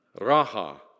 Raha